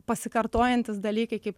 pasikartojantys dalykai kaip